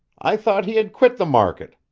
i thought he had quit the market.